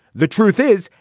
the truth is,